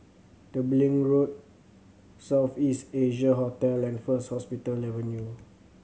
Tembeling Road South East Asia Hotel and First Hospital Avenue